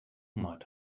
might